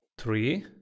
Three